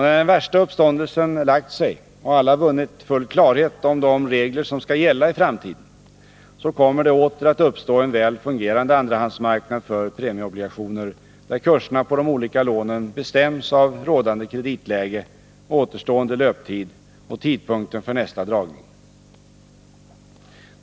När den värsta uppståndelsen lagt sig och alla vunnit full klarhet om de regler som skall gälla i framtiden, så kommer det åter att uppstå en väl fungerande andrahandsmarknad för premieobligationer, där kurserna på de olika lånen bestäms av rådande kreditläge, återstående löptid och tidpunkten för nästa dragning.